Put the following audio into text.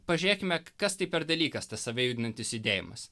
pažiūrėkime k kas tai per dalykas tas save judinantis judėjimas